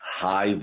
high